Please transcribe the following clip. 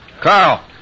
Carl